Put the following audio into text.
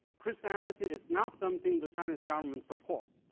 christianity is not something the chinese government support.